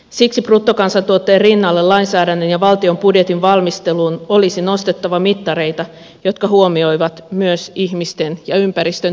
siksi bruttokansantuotteen rinnalle lainsäädännön ja valtion budjetin valmisteluun olisi nostettava mittareita jotka huomioivat myös ihmisten ja ympäristön hyvinvointia